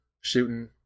shooting